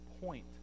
point